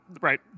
right